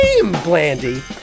Blandy